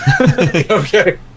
Okay